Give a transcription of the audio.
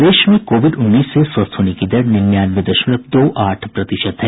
प्रदेश में कोविड उन्नीस से स्वस्थ होने की दर निन्यानवे दशमलव दो आठ प्रतिशत है